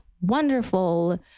wonderful